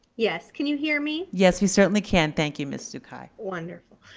yes, can you hear me? yes, we certainly can. thank you ms zokaie. wonderful.